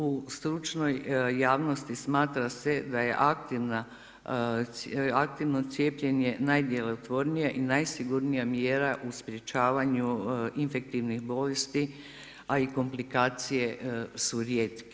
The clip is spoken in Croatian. U stručnoj javnosti smatra se da je aktivno cijepljenje najdjelotvornija i najsigurnija mjera u sprječavanju infektivnih bolesti, a i komplikacije su rijetke.